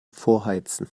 vorheizen